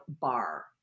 bar